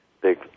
big